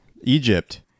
Egypt